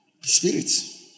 Spirits